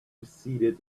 receded